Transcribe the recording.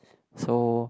so